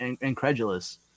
incredulous